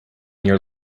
year